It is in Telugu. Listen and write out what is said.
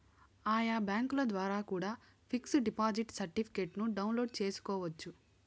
ఆయా బ్యాంకుల ద్వారా కూడా పిక్స్ డిపాజిట్ సర్టిఫికెట్ను డౌన్లోడ్ చేసుకోవచ్చు